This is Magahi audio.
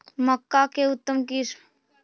मक्का के उतम किस्म?